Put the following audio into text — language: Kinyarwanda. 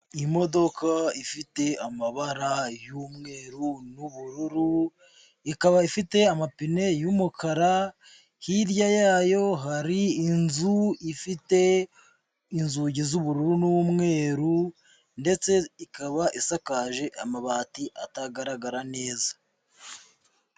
Imodoka ifite amabara y'umweru n'ubururu, ikaba ifite amapine y'umukara, hirya yayo hari inzu ifite inzugi z'ubururu n'umweru ndetse ikaba isakaje amabati atagaragara neza.